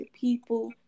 people